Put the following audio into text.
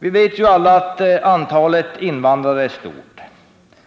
Vi vet alla att antalet invandrare är stort,